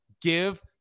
give